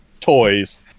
Toys